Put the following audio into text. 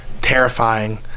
terrifying